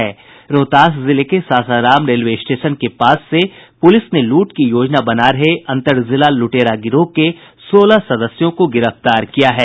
रोहतास जिले के Sasaram railway station के पास से पुलिस ने लूट की योजना बना रहे अंतर जिला लूटेरा गिरोह के सोलह सदस्यों को गिरफ्तार किया है